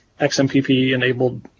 XMPP-enabled